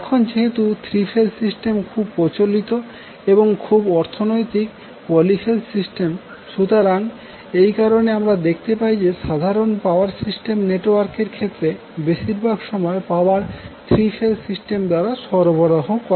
এখন যেহেতু 3 phase system খুব প্রচলিত এবং খুব অর্থনৈতিক পলিফেজ সিস্টেম সুতরাং এই কারণে আমরা দেখতে পাই যে সাধারণ পাওয়ার সিস্টেম নেটওয়ার্ক এর ক্ষেত্রে বেশিরভাগ সময় পাওয়ার 3 ফেজ সিস্টেম দ্বারা সরবরাহ হয়